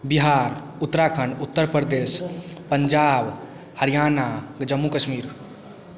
Bihar Uttarakhand Uttar Pradesh Punjab Haryana Jammu Kashmir